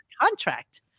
contract